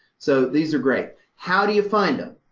so these are great. how do you find them?